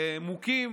מוכים,